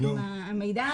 עם המידע,